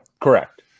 Correct